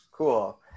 Cool